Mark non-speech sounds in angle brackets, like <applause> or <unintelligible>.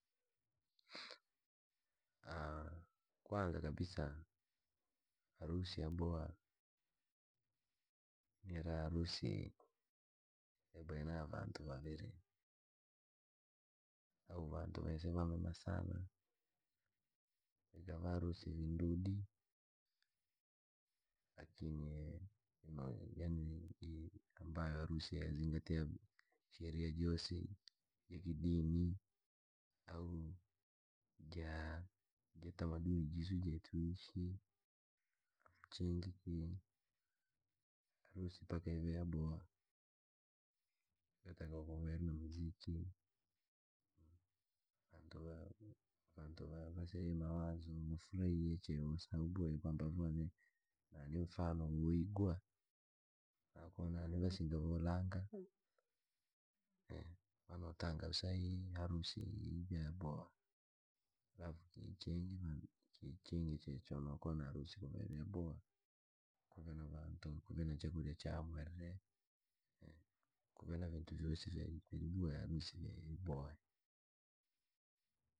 <hesitation> kwanza kabisa, harusi yaboha, ni ira harusi, ya baina ya vantu vaviri, au vantu vave vamema sana, ikava harusi vindudi. lakini yaani, <unintelligible> <unintelligible> <hesitation> ambayo harusi yazingatia sheria joosi, ja kidini, au jaa- jakitamaduni jiisu jetuishi, chiingi kii, harusi mpaka ive yaboha, yotakiwa ive na muziki, <hesitation> vantu vaa vantu va- vaseye mawazo wafurahie che <unintelligible> kwamba vone, na ni mfano we gua. nakonane vasinga voranga, <hesitation> vanotanga usaihi harusi yaboha, halafu kii chingi nanu kii chingi che nokooma harusi ye yaboha, kuve na vantu kuve na chakurya chaa mwerre, <hesitation> kure na vintu vyoosi vii <unintelligible> harusi vii vibohe.